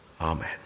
Amen